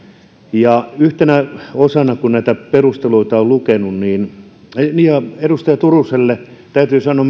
yhtenä osana kun näitä perusteluita on lukenut niin ja edustaja turuselle täytyy sanoa